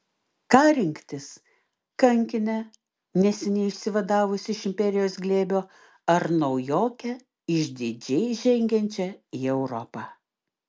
ką rinktis kankinę neseniai išsivadavusią iš imperijos glėbio ar naujokę išdidžiai žengiančią į europą